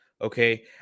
okay